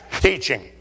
teaching